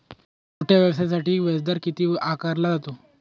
छोट्या व्यवसायासाठी व्याजदर किती आकारला जातो?